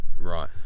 Right